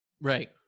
Right